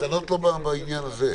קטנות לא בעניין הזה.